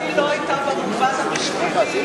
שאלתי לא היתה במובן המשפטי,